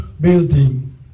building